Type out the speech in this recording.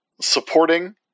supporting